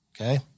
Okay